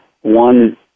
one